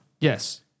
Yes